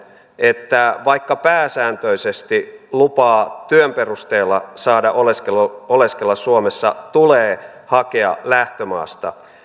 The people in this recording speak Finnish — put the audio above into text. että vaikka pääsääntöisesti lupaa työn perusteella saada oleskella suomessa tulee hakea lähtömaasta